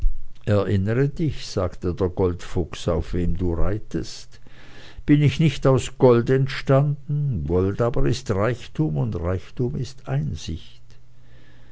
erinnere dich sagte der goldfuchs auf wem du reitest bin ich nicht aus gold entstanden gold aber ist reichtum und reichtum ist einsicht